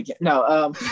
No